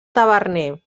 taverner